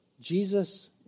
Jesus